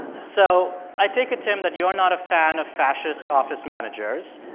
so i take it, tim, that you are not a fan of fascist office managers.